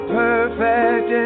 perfect